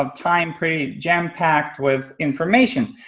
um time pretty jam-packed with information,